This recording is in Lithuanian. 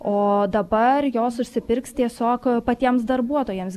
o dabar jos užsipirks tiesiog patiems darbuotojams